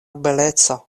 beleco